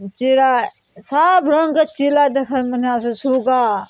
चिड़ै सब रङ्गके चिड़ै देखयमे बनहिआं होइ छै सुगा